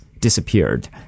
disappeared